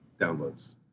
downloads